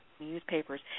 newspapers